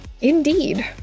Indeed